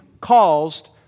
caused